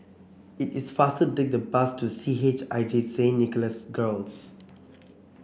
it is faster to take the bus to C H I J Saint Nicholas Girls